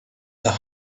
the